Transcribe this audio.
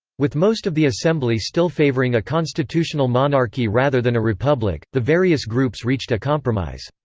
with most of the assembly still favoring a constitutional monarchy rather than a republic, the various groups reached a compromise.